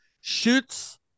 shoots